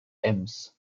ems